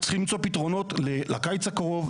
צריכים למצוא פתרונות לקיץ הקרוב,